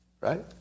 right